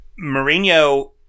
Mourinho